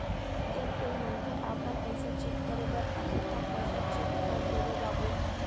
जब कोई मनखे आपमन पैसा चेक करे बर आथे ता पैसा चेक कर देबो बाबू?